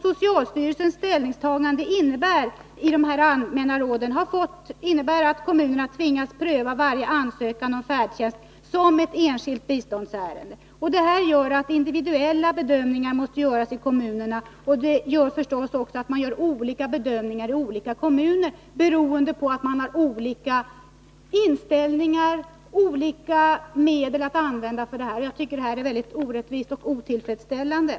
Socialstyrelsens ställningstagande i de här allmänna råden innebär att kommunerna tvingas pröva varje ansökan om färdtjänst som ett enskilt biståndsärende. Det betyder att individuella bedömningar måste göras i kommunerna. Det betyder förstås också att det görs olika bedömningar i olika kommuner, beroende på olika inställning och olika stora resurser att använda för ändamålet. Jag tycker att det är orättvist och otillfredsställande.